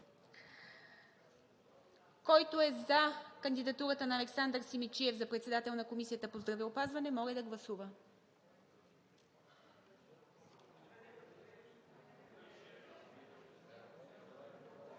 Който е за кандидатурата на Александър Симидчиев за председател на Комисията по здравеопазване, моля да гласува.